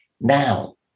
now